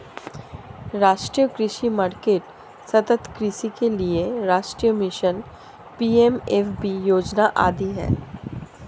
राष्ट्रीय कृषि मार्केट, सतत् कृषि के लिए राष्ट्रीय मिशन, पी.एम.एफ.बी योजना आदि है